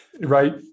right